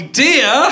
Idea